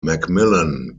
mcmillan